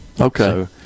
Okay